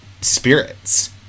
spirits